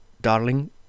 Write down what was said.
darling